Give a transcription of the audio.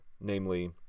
namely